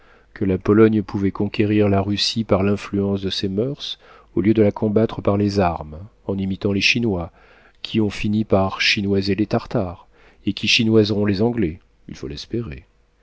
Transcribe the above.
que la pologne pouvait conquérir la russie par l'influence de ses moeurs au lieu de la combattre par les armes en imitant les chinois qui ont fini par chinoiser les tartares et qui chinoiseront les anglais il faut l'espérer